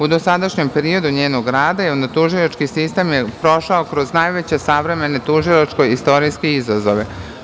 U dosadašnjem periodu njenog rada, javno-tužilački sistem je prošao kroz najveće savremene tužilačko-istorijske izazove.